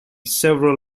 several